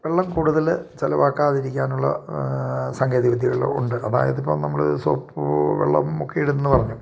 വെള്ളം കൂടുതൽ ചിലവാക്കാതിരിക്കാനുള്ള സാങ്കേതിക വിദ്യകൾ ഉണ്ട് അതായത് ഇപ്പം നമ്മൾ സോപ്പ് വെള്ളം മുക്കി ഇടും എന്നു പറഞ്ഞു